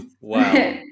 Wow